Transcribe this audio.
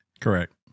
Correct